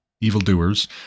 evildoers